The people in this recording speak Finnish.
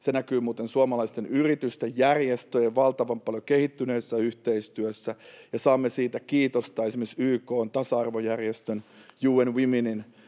se näkyy muuten suomalaisten yritysten ja järjestöjen valtavan paljon kehittyneessä yhteistyössä. Saamme siitä kiitosta esimerkiksi YK:n tasa-arvojärjestön UN Womenin